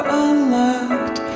unlocked